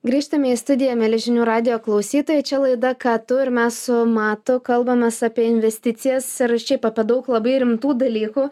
grįžtame į studiją mieli žinių radijo klausytojai čia laida ką tu ir mes su matu kalbamės apie investicijas ir šiaip apie daug labai rimtų dalykų